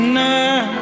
now